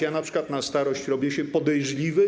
Ja np. na starość robię się podejrzliwy.